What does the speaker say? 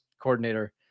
coordinator